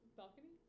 balcony